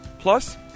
Plus